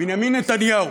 בנימין נתניהו.